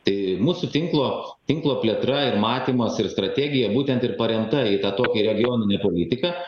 tai mūsų tinklo tinklo plėtra ir matymas ir strategija būtent ir paremta į tą tokią regioninę politiką